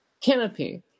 Canopy